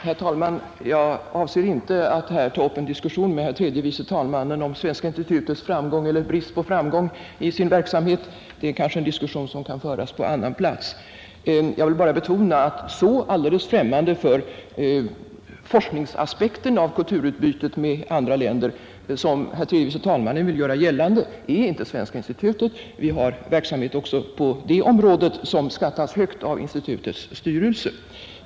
Herr talman! Jag avser inte att här ta upp en diskussion med herr tredje vice talmannen om Svenska institutets framgång eller brist på framgång i sin verksamhet. En sådan diskussion kanske kan föras på annan plats. Jag vill bara betona att så alldeles främmande för forskningsaspekten av kulturutbytet med andra länder, som herr tredje vice talmannen vill göra gällande, är inte Svenska institutet. Vi har verksamhet också på det området som skattas högt av institutets styrelse.